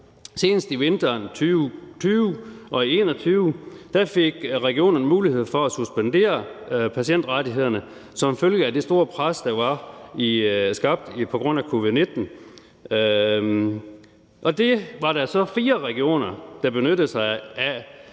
senest i vinteren 2020, og i 2021 fik regionerne mulighed for at suspendere patientrettighederne som følge af det store pres, der var skabt på grund af covid-19. Det var der så fire regioner der benyttede sig af,